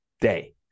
day